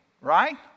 right